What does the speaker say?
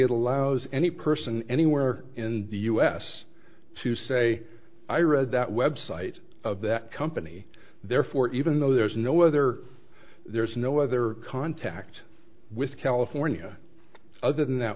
it allows any person anywhere in the u s to say i read that website of that company therefore even though there's no other there's no other contact with california other than that